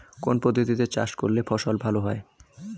কোন পদ্ধতিতে চাষ করলে ফসল ভালো হয়?